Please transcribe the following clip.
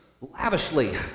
lavishly